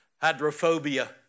hydrophobia